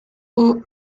aux